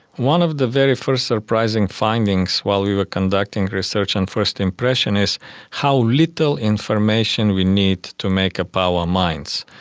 one of the very first surprising findings while we were conducting research on first impression is how little information we need to make up our minds.